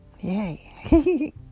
Yay